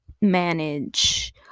manage